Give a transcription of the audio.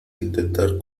intentar